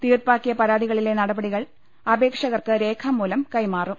തീർപ്പാക്കിയ പരാതികളിലെ നടപടികൾ അപേക്ഷകർക്ക് രേഖാമൂലം കൈമാറും